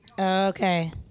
Okay